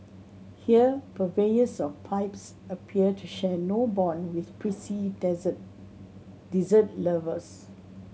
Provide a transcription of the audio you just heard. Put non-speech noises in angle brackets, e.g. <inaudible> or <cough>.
here purveyors of pipes appear to share no bond with prissy <unintelligible> dessert lovers